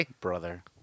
Brother